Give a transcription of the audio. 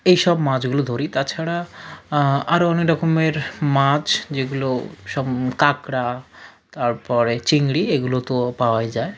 এইসব মাছগুলো ধরি তাছাড়া আরও অনেক রকমের মাছ যেগুলো সব কাঁকড়া তারপরে চিংড়ি এগুলো তো পাওয়াই যায়